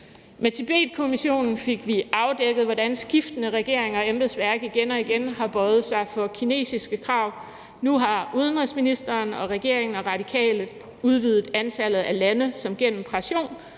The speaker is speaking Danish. Med Tibetkommissionen fik vi afdækket, hvordan skiftende regeringer og embedsværk igen og igen har bøjet sig for kinesiske krav. Nu har udenrigsministeren og regeringen og Radikale udvidet antallet af lande, som gennem pression,